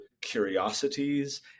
curiosities